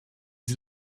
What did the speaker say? sie